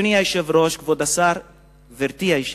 גברתי היושבת-ראש,